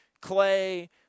Clay